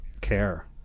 care